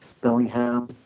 Bellingham